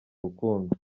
rukundo